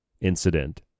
incident